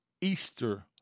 Easter